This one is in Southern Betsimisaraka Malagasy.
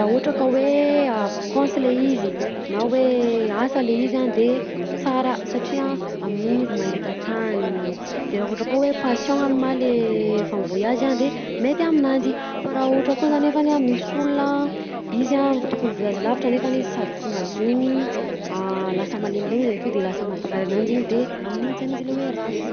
Raha ohatra ka hoe vacance le izy na hoe asa le izy a de tsara satria amin'iny izy mahita tany de raha ohatra koa hoe passion-ny ma le efa mi-voyage a de mety aminanjy fa raha ohatra ko nefany a misy olona izy a tokony hi-voyage lavitra nefa izy sady tsy mahadigny lasa malemilemy izy avakeo de lasa mamparary ananjy iny de amin'iny zany izy le hoe rasy.